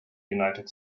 united